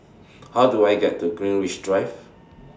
How Do I get to Greenwich Drive